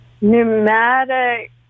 Pneumatic